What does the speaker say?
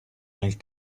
nel